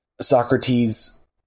Socrates